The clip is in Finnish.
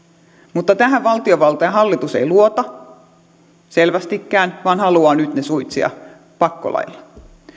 mutta tähän valtiovalta ja hallitus ei luota selvästikään vaan haluaa nyt ne suitsia pakkolailla